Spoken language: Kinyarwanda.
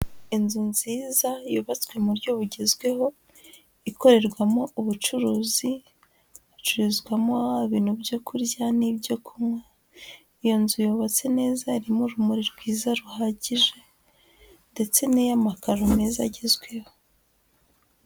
Inzu nziza yubatswe mu buryo bugezweho, ikorerwamo ubucuruzi, icururizwamo ibintu byo kurya n'ibyo kunywa, iyo nzu yubatse neza, irimo urumuri rwiza ruhagije ndetse ni iy'amakaro meza agezweho.